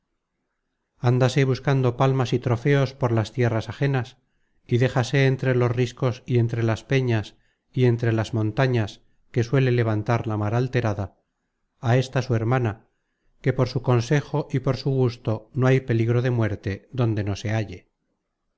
hermana ándase buscando palmas y trofeos por las tierras ajenas y déjase entre los riscos y entre las peñas y entre las montañas que suele levantar la mar alterada á ésta su hermana que por su consejo y por su gusto no hay peligro de muerte donde no se halle